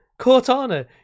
cortana